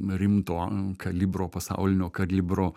rimto kalibro pasaulinio kalibro